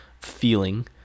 feeling